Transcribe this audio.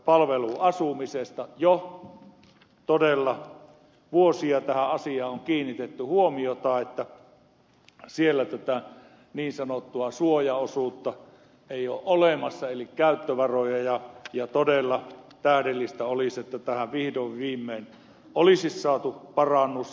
todella jo vuosia on kiinnitetty huomiota tähän asiaan että siellä tätä niin sanottua käyttövaran suojaosuutta ei ole olemassa ja todella tähdellistä olisi ollut että tähän vihdoin viimein olisi saatu parannus